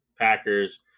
Packers